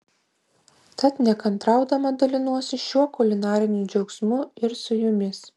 tad nekantraudama dalinuosi šiuo kulinariniu džiaugsmu ir su jumis